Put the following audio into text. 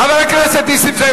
חבר הכנסת נסים זאב,